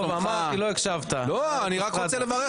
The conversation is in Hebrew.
אני רוצה רק להתייחס לעיסוק.